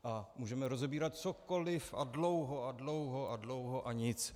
A můžeme rozebírat cokoliv a dlouho a dlouho a dlouho a nic.